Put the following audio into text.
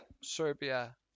Serbia